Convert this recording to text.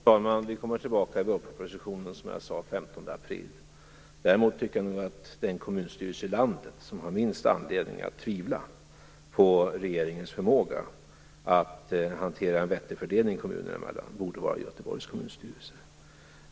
Fru talman! Vi kommer tillbaka i vårpropositionen, som jag sade, den 15 april. Däremot tycker jag nog att den kommunstyrelse i landet som har minst anledning att tvivla på regeringens förmåga att hantera en vettig fördelning kommunerna emellan borde vara Göteborgs kommunstyrelse.